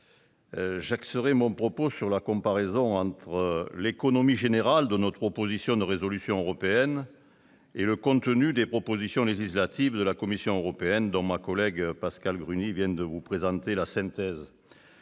j'axerai mon propos sur la comparaison entre l'économie générale de notre proposition de résolution européenne et le contenu des propositions législatives de la Commission européenne, dont ma collègue Pascale Gruny vient de vous présenter la synthèse.